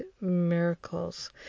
miracles